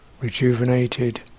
rejuvenated